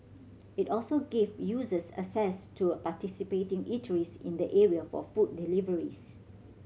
it also gives users access to participating eateries in the area for food deliveries